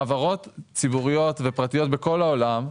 חברות ציבוריות ופרטיות בכל העולם,